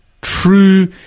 true